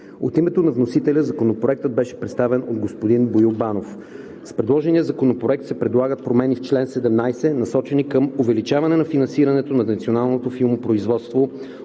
От името на вносителя Законопроектът беше представен от господин Боил Банов. С предложения законопроект се предлагат промени в чл. 17, насочени към увеличаване на финансирането на националното филмопроизводство,